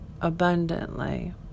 abundantly